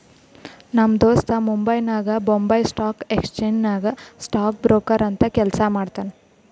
ನಮ್ ದೋಸ್ತ ಮುಂಬೈನಾಗ್ ಬೊಂಬೈ ಸ್ಟಾಕ್ ಎಕ್ಸ್ಚೇಂಜ್ ನಾಗ್ ಸ್ಟಾಕ್ ಬ್ರೋಕರ್ ಅಂತ್ ಕೆಲ್ಸಾ ಮಾಡ್ತಾನ್